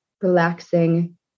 relaxing